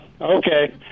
Okay